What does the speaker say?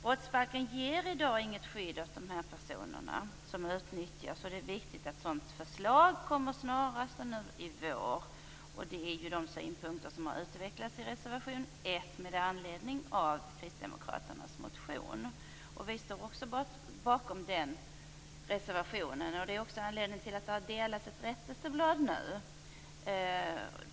Brottsbalken ger i dag inget skydd åt de personer som utnyttjas. Det är därför viktigt att ett sådant förslag läggs fram snarast nu i vår. Dessa synpunkter har utvecklats i reservation 1 med anledning av Kristdemokraternas motion. Vi i Centerpartiet står också bakom den reservationen. Det är också anledningen till att det har utdelats ett rättelseblad.